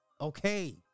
Okay